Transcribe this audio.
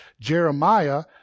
Jeremiah